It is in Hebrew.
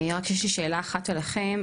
רק יש לי שאלה אחת אליכם,